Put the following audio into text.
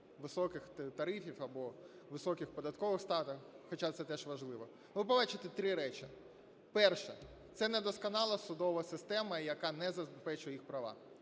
високих тарифів, або високих податкових ставок, хоче це теж важливо, ви побачите три речі: перша – це недосконала судова система, яка не забезпечує їх права;